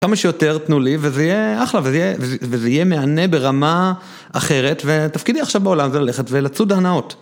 כמה שיותר תנו לי וזה יהיה אחלה, וזה יהיה מהנה ברמה אחרת ותפקידי עכשיו בעולם זה ללכת ולצוד הנאות.